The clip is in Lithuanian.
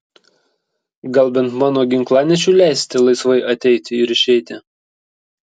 gal bent mano ginklanešiui leisite laisvai ateiti ir išeiti